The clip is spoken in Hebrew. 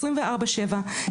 24/7,